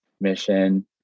mission